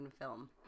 film